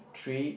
three